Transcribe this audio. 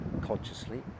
consciously